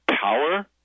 power